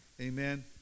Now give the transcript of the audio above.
amen